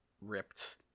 ripped